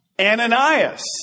Ananias